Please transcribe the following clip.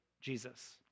Jesus